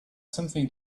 something